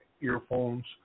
earphones